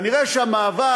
נראה שהמעבר